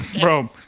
Bro